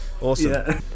awesome